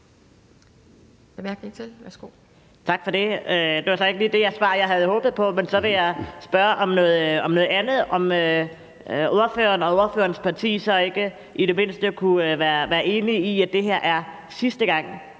Tak for det. Det var så ikke lige det svar, jeg havde håbet på. Men så vil jeg spørge om noget andet, nemlig om ordføreren og ordførerens parti så ikke i det mindste kunne være enige i, at det her er sidste gang,